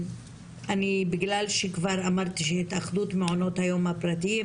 בגלל שכבר אמרתי שהתאחדות מעונות היום הפרטיים,